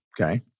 Okay